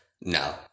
No